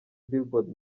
billboard